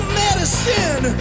medicine